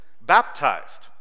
baptized